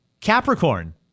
Capricorn